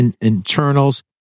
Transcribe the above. internals